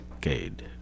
decade